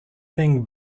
thing